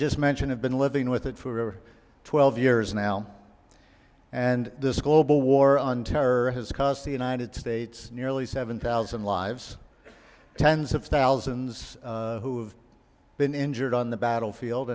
just mentioned have been living with it for over twelve years now and this global war on terror has cost the united states nearly seven thousand lives tens of thousands who have been injured on the battlefield